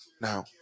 Now